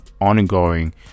ongoing